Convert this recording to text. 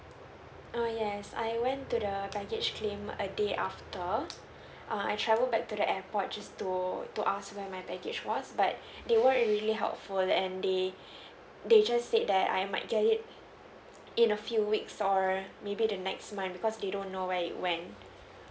err yes I went to the baggage claim a day after err I travel back to the airport just to to ask when my baggage was but they weren't really helpful and they they just said that I might get it in a few weeks or maybe the next month because they don't know where it went